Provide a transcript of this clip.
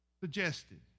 Suggested